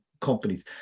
companies